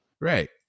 right